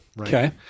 Okay